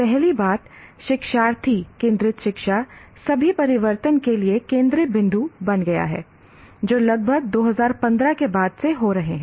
पहली बात शिक्षार्थी केंद्रित शिक्षा सभी परिवर्तन के लिए केंद्र बिंदु बन गया है जो लगभग 2015 के बाद से हो रहे हैं